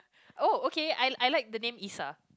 oh okay I I like the name Isa